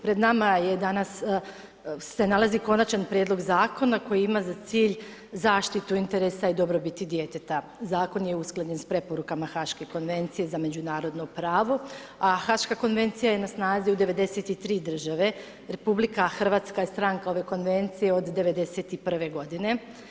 Pred nama je danas, se nalazi Konačni prijedlog Zakona o koji ima za cilj zaštitu interesa i dobrobiti djeteta, Zakon je usklađen sa preporukama haške Konvencije za međunarodno pravo a haška Konvencija je na snazi u 93 države, RH je stranka ove Konvencije od '91. godine.